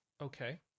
Okay